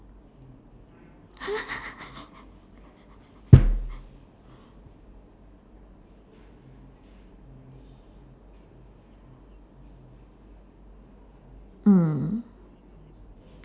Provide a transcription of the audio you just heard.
mm